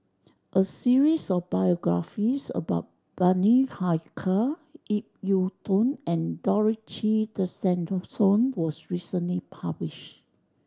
a series of biographies about Bani Haykal Ip Yiu Tung and Dorothy Tessensohn was recently publish